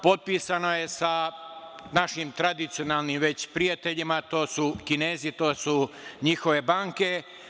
Potpisano je sa našim tradicionalno već prijateljima, a to su Kinezi, njihove banke.